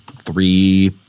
Three